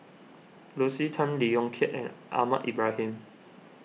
Lucy Tan Lee Yong Kiat and Ahmad Ibrahim